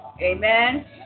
Amen